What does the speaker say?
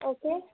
okay